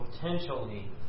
potentially